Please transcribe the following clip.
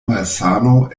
malsano